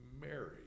Mary